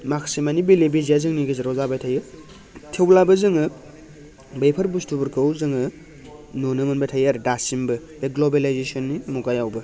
माखासे मानि बेले बेजेया जोंनि गेजेराव जाबाय थायो थेवब्लाबो जोङो बेफोर बुस्थुफोरखौ जोङो नुनो मोनबाय थायो आरो दासिमबो बे ग्लबेलायजेसननि मुगायावबो